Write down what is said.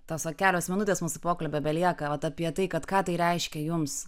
tos va kelios minutės mūsų pokalbio belieka vat apie tai kad ką tai reiškia jums